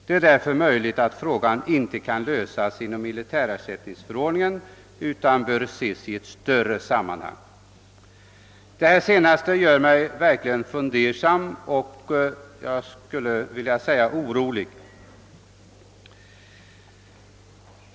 Det är därför möjligt att frågan inte kan lösas inom militärersättningsförordningen utan bör ses i ett större sammanhang.» Detta uttalande gör mig verkligen fundersam och orolig.